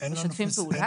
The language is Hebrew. משתפים פעולה.